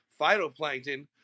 phytoplankton